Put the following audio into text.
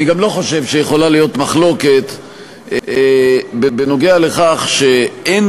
אני גם לא חושב שיכולה להיות מחלוקת בנוגע לכך שאין